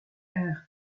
air